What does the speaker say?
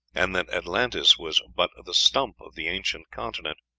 and that atlantis was but the stump of the ancient continent,